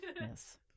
Yes